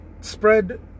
spread